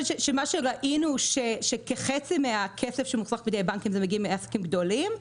ראינו שכחצי מהכסף שמופקד אצל הבנקים מגיע מעסקים גדולים,